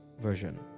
version